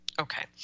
Okay